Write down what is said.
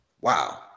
Wow